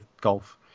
golf